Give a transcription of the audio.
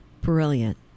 Brilliant